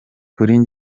kuri